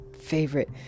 favorite